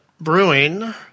Brewing